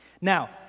Now